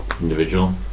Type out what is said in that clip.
individual